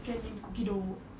cat named cookie dough